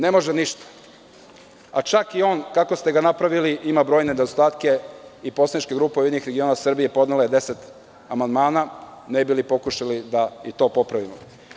Ne može ništa, a čak i on kako ste ga napravili ima brojne nedostatke i poslaničke grupa URS podnela je 10 amandmana ne bi li pokušali da i to popravimo.